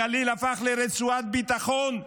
הגליל הפך לרצועת ביטחון לחיזבאללה,